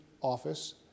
office